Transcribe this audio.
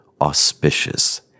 auspicious